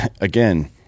again